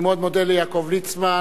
אני מאוד מודה ליעקב ליצמן,